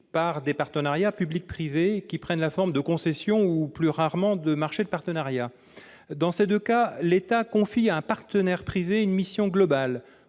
par des partenariats public-privé, qui prennent la forme de concessions ou, plus rarement, de marchés de partenariat. Dans ces deux cas, l'État confie à un partenaire privé une mission globale.